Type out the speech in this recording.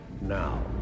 Now